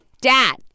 Dad